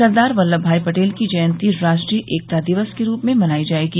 सरदार Vallabhbhai Patel की जयन्ती राष्ट्रीय एकता दिवस के रूप में मनाई जायेगी